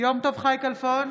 יום טוב חי כלפון,